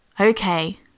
Okay